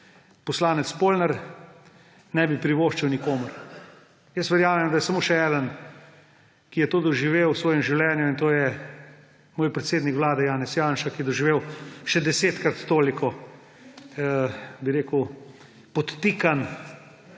poslanec Polnar, ne bi privoščil nikomur. Verjamem, da je samo še eden, ki je to doživel v svojem življenju, in to je moj predsednik vlade Janez Janša, ki je doživel še desetkrat toliko, bi rekel, podtikanj